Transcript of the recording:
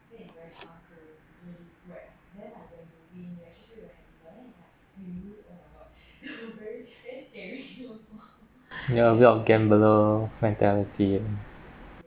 ya way of gambler mentality